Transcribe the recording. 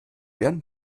werden